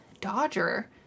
Dodger